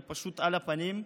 היא פשוט על הפנים.